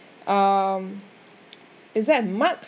um is there a mark